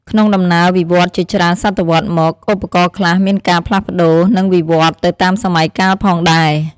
ក្នុងដំណើរវិវត្តន៍ជាច្រើនសតវត្សរ៍មក ឧបករណ៍ខ្លះមានការផ្លាស់ប្តូរ និងវិវត្តន៍ទៅតាមសម័យកាលផងដែរ។